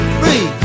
free